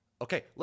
Okay